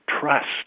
trust